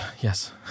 yes